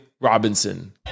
Robinson